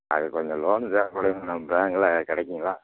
அதுக்கு கொஞ்சம் லோன் தேவைப்படுது நம்ம பேங்கில் கிடைக்குங்களா